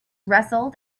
wrestle